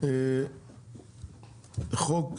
חוק הפוך,